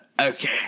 okay